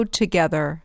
together